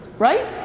right?